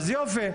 אז יופי.